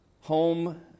Home